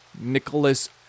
Nicholas